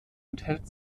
enthält